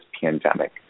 pandemic